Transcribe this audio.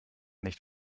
nicht